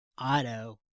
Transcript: auto